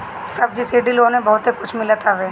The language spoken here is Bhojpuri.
सब्सिडी लोन में बहुते छुट मिलत हवे